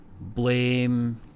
blame